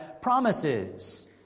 promises